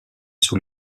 sous